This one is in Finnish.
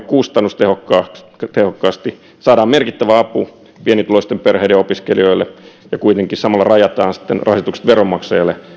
kustannustehokkaasti saadaan merkittävä apu pienituloisten perheiden opiskelijoille ja kuitenkin samalla rajataan sitten rasitukset veronmaksajalle